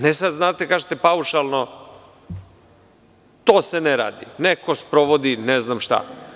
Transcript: Ne sad, znate da kažete paušalno – to se ne radi, neko sprovodi ne znam šta.